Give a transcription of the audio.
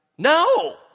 No